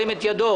ירים את ידו.